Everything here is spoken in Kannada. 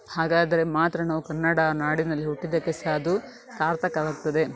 ಹಾಗಾದರೆ ಮಾತ್ರ ನಾವು ಕನ್ನಡ ನಾಡಿನಲ್ಲಿ ಹುಟ್ಟಿದಕ್ಕೆ ಸಹ ಅದು ಸಾರ್ಥಕವಾಗ್ತದೆ